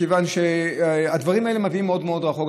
כיוון שהדברים האלה מגיעים מאוד רחוק,